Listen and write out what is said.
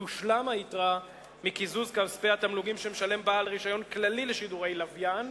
תושלם היתרה מקיזוז כספי התמלוגים שמשלם בעל רשיון כללי לשידורי לוויין,